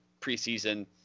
preseason